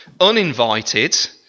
Uninvited